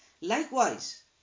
Likewise